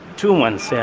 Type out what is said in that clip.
two months,